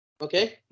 Okay